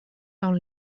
dans